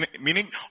Meaning